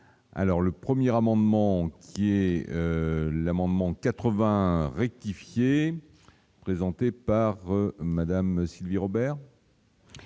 alors le premier amendement est l'amendement 80 rectifié présenté par Madame Sylvie Robert.